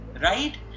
Right